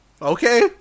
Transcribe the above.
Okay